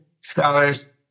scholars